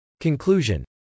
Conclusion